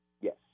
Yes